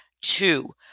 two